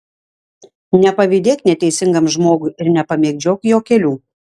nepavydėk neteisingam žmogui ir nepamėgdžiok jo kelių